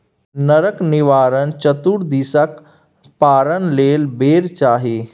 नरक निवारण चतुदर्शीक पारण लेल बेर चाही